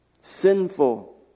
sinful